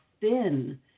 thin